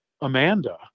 Amanda